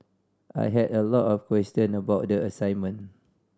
I had a lot of question about the assignment